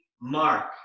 mark